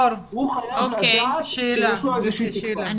הוא חייב לדעת שיש לו איזושהי תקווה.